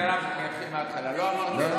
לא, אוקיי.